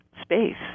Space